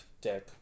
deck